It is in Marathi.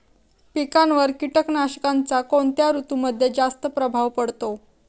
पिकांवर कीटकनाशकांचा कोणत्या ऋतूमध्ये जास्त प्रभाव पडतो?